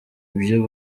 ibyo